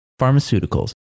Pharmaceuticals